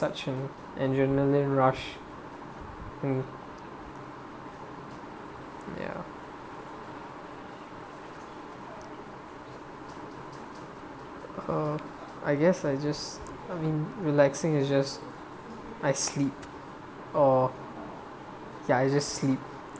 touching and generally rush mm ya uh I guess I just I mean relaxing is just I sleep or ya I just sleep